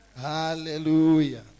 Hallelujah